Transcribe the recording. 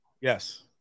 Yes